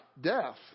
Death